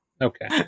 okay